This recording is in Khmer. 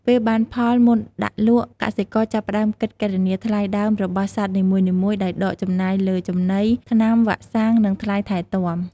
ពេលបានផល មុនដាក់លក់ កសិករចាប់ផ្តើមគិតគណនាថ្លៃដើមរបស់សត្វនីមួយៗ ដោយដកចំណាយលើចំណី ថ្នាំ វ៉ាក់សាំង និងថ្លៃថែទាំ។